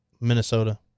Minnesota